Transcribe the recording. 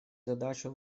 задачу